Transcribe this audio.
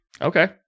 Okay